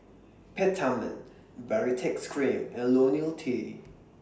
Peptamen Baritex Cream and Lonil T